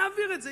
נעביר את זה.